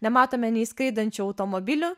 nematome nei skraidančių automobilių